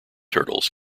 turtles